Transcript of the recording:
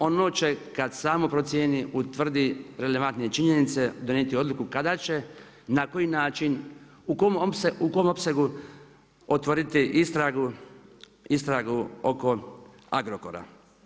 Ono će kad samo procijeni, utvrdi relevantne činjenice, donijeti odluku, kada, će na koji način, u kojem opsegu, otvoriti istragu oko Agrokora.